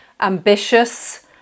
Ambitious